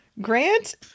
Grant